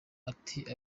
ati